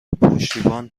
پشتیبان